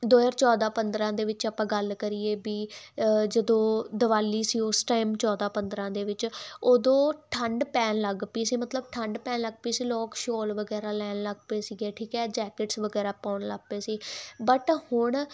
ਦੋ ਹਜ਼ਾਰ ਚੌ ਪੰਦਰਾਂ ਦੇ ਵਿੱਚ ਆਪਾਂ ਗੱਲ ਕਰੀਏ ਬੀ ਜਦੋਂ ਦਿਵਾਲੀ ਸੀ ਉਸ ਟਾਈਮ ਚੌਦ੍ਹਾਂ ਪੰਦਰ੍ਹਾਂ ਦੇ ਵਿੱਚ ਉਦੋਂ ਠੰਡ ਪੈਣ ਲੱਗ ਪਈ ਸੀ ਮਤਲਬ ਠੰਡ ਪੈਣ ਲੱਗ ਪਈ ਸੀ ਲੋਕ ਸ਼ੋਲ ਵਗੈਰਾ ਲੈਣ ਲੱਗ ਪਏ ਸੀਗੇ ਠੀਕ ਹੈ ਜੈਕਟਸ ਵਗੈਰਾ ਪਾਉਣ ਲੱਗ ਪਏ ਸੀ ਬਟ ਹੁਣ